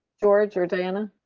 george or diana,